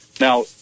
Now